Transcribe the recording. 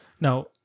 Now